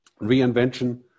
reinvention